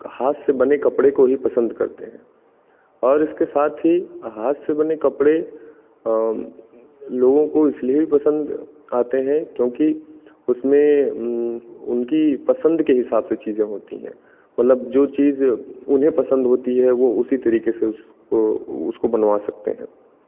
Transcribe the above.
हाथ से बने कपड़े को ही पसंद करते हैं और इसके साथ ही हाथ से बने कपड़े लोगों को इसलिए भी पसंद आते हैं क्योंकि उसमें उनकी पसंद के हिसाब से चीज़े होती हैं मतलब जो चीज़ उन्हें पसंद होती है वो उसी तरीके से उसको उसको बनवा सकते हैं